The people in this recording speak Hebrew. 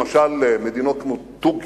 למשל מדינות כמו טורקיה,